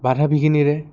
বাধা বিঘিনিৰে